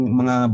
mga